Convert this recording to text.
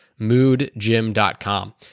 moodgym.com